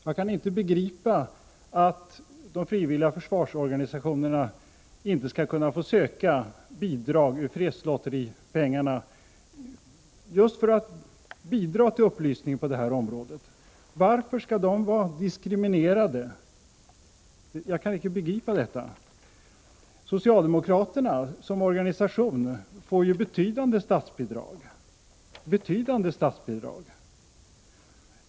Jag kan inte begripa att de frivilliga försvarsorganisationerna inte skall kunna få söka bidrag ur fredslotterimedlen just för att bidra till upplysning på det här området. Varför skall de vara diskriminerade? Jag kan icke begripa det. Socialdemokraterna som organisation får ju betydande statsbidrag.